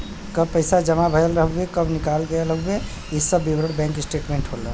कब पैसा जमा भयल हउवे कब निकाल गयल हउवे इ सब विवरण बैंक स्टेटमेंट होला